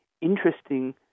interesting